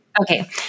okay